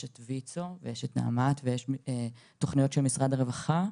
יש את ויצו ויש את נעמ"ת ויש תוכניות של משרד הרווחה,